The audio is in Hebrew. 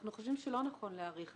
אנחנו חושבים שלא נכון להאריך.